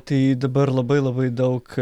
tai dabar labai labai daug